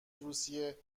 روسیه